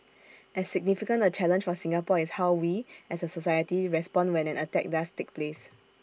as significant A challenge for Singapore is how we as A society respond when an attack does take place